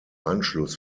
anschluss